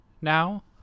now